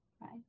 right